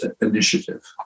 initiative